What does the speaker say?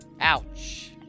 Ouch